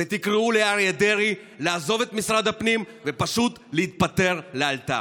ותקראו לאריה דרעי לעזוב את משרד הפנים ופשוט להתפטר לאלתר.